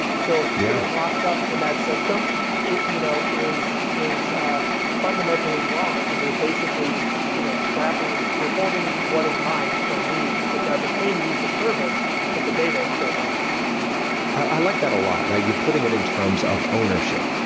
so yeah it locked up in that system you know is is ah fundamentally wrong, because you're basically you know trapping you're holding what is mine from me, which i've been paying to use a service, but the data is still mine i like that a lot. you're putting it in terms of ownership,